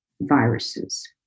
viruses